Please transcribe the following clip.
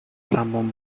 ramón